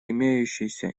имеющейся